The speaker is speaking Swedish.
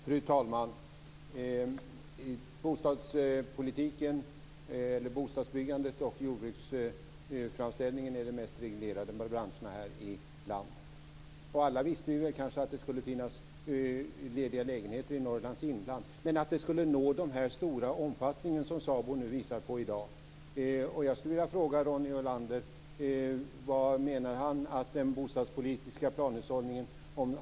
Fru talman! Bostadsbyggandet och jordbruket är de mest reglerade branscherna här i landet. Alla visste vi kanske att det skulle finnas lediga lägenheter i Norrlands inland, men inte att det skulle nå den stora omfattning som SABO nu visar på i dag. Jag skulle vilja fråga Ronny Olander vad han menar om den bostadspolitiska planhushållningen.